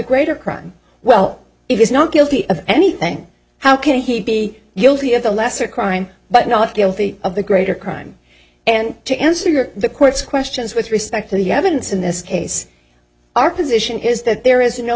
greater crime well if he's not guilty of anything how can he be guilty of the lesser crime but not guilty of the greater crime and to answer the court's questions with respect to the evidence in this case our position is that there is no